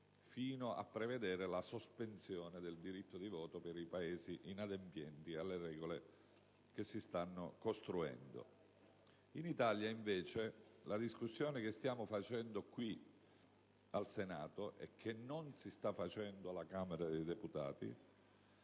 fino a prevedere la sospensione del diritto di voto per i Paesi inadempienti alle regole che si stanno costruendo. Andiamo in Italia, invece. La discussione che stiamo facendo al Senato e che non si sta facendo alla Camera dei deputati